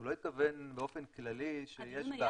הוא לא התכוון באופן כללי שיש בעיות.